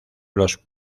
los